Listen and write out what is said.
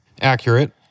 Accurate